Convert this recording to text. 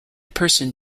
person